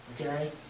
Okay